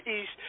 east